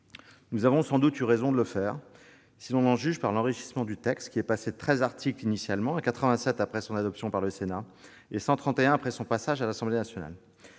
Nous avons sans doute eu raison de le faire, si l'on en juge par l'enrichissement du texte, passé de 13 articles initialement à 87 après son adoption par le Sénat puis à 131 après son examen à l'Assemblée nationale.